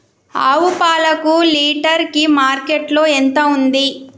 ఆవు పాలకు లీటర్ కి మార్కెట్ లో ఎంత ఉంది?